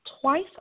twice